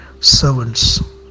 servants